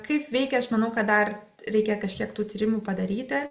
kaip veikia aš manau kad dar reikia kažkiek tų tyrimų padaryti